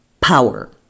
power